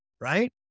right